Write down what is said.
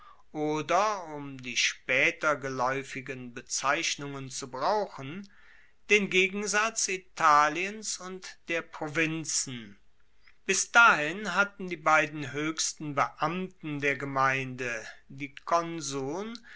oder um die spaeter gelaeufigen bezeichnungen zu brauchen den gegensatz italiens und der provinzen bis dahin hatten die beiden hoechsten beamten der gemeinde die konsuln